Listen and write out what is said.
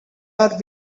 are